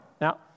Now